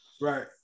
Right